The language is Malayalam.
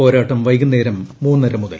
പോരാട്ടം വൈകുന്നേരം മൂന്നര മുതൽ